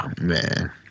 man